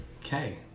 Okay